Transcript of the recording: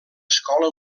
escola